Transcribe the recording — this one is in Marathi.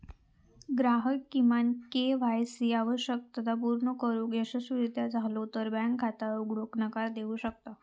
ग्राहक किमान के.वाय सी आवश्यकता पूर्ण करुक अयशस्वी झालो तर बँक खाता उघडूक नकार देऊ शकता